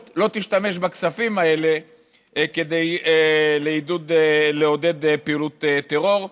לא תשתמש בכספים האלה לעודד פעילות טרור.